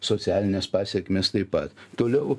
socialinės pasekmės taip pat toliau